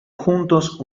juntos